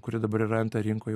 kuri dabar yra nt rinkoj